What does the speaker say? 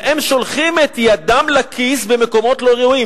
והן שולחות את ידן לכיס במקומות לא ראויים.